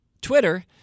Twitter